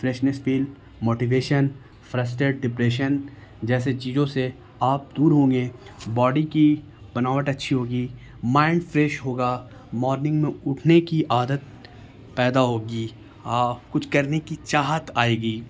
freshness feel motivation frustrated depression جیسے چیزوں سے آپ دور ہوں گے باڈی کی بناوٹ اچھی ہوگی مائنڈ فریش ہوگا مارننگ میں اٹھنے کی عادت پیدا ہوگی کچھ کرنے کی چاہت آئے گی